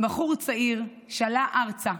בחור צעיר שעלה ארצה,